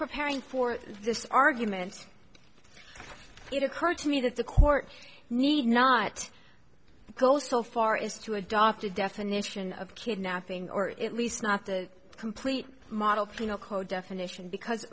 preparing for this argument it occurred to me that the court need not go so far is to adopt a definition of kidnapping or at least not the complete model penal code definition because